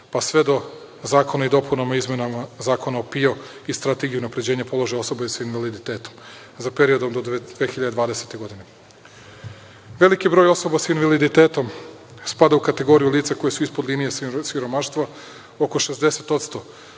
pa sve do Zakona o dopunama i izmenama Zakona o PIO i strategije unapređenja položaja osoba sa invaliditetom za period do 2020. godine. Veliki broj osoba sa invaliditetom spada u kategoriju lica koja su ispod linije siromaštva, oko 60%.